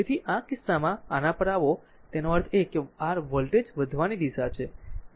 તેથી આ કિસ્સામાં જો આના પર આવો કે તેનો અર્થ એ કે r વોલ્ટેજ વધવાની દિશા છે